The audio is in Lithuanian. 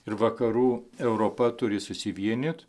ir vakarų europa turi susivienyt